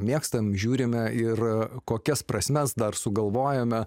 mėgstame žiūrime ir kokias prasmes dar sugalvojome